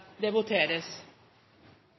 Det voteres